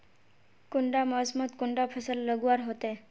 कुंडा मोसमोत कुंडा फसल लगवार होते?